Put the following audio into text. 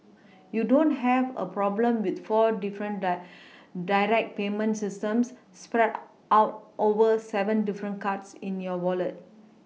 you don't have a problem with four different direct payment systems spread out over seven different cards in your Wallet